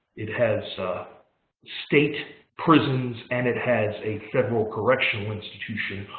it has state prisons. and it has a federal correctional institution.